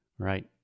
Right